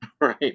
right